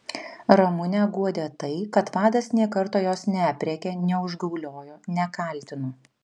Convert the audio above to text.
ramunę guodė tai kad vadas nė karto jos neaprėkė neužgauliojo nekaltino